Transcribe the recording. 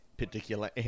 particular